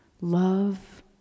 Love